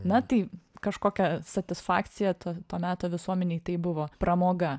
na tai kažkokia satisfakcija to to meto visuomenei tai buvo pramoga